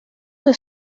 que